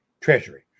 treasury